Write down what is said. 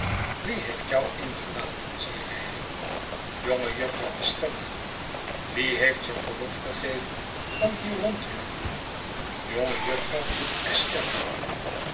wie heeft jou ingelaten zeide hij jonge jufvrouw estella wie heeft je verlof gegeven om hier rond te loeren jonge jufvrouw estella